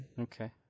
Okay